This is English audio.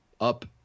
up